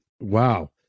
Wow